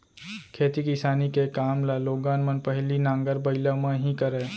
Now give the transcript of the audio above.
खेती किसानी के काम ल लोगन मन पहिली नांगर बइला म ही करय